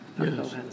Yes